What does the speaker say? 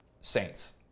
saints